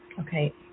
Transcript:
Okay